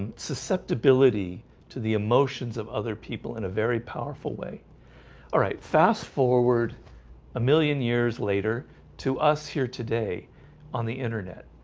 and susceptibility to the emotions of other people in a very powerful way all right fast forward a million years later to us here today on the internet